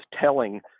telling